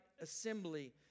assembly